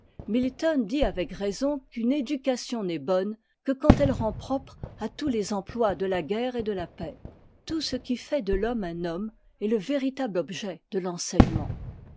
miiton dit avec raison qu'une éducation m bonne que quand elle rend propre à otm les emplois de la guerre et de a a c tout ce qui fait de l'homme un homme est le véritable objet de l'enseignement